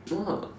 no lah